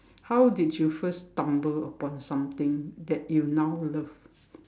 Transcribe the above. how did you first stumble upon something that you now love